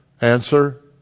Answer